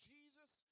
Jesus